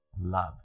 Love